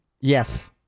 Yes